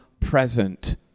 present